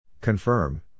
Confirm